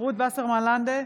רות וסרמן לנדה,